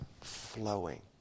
flowing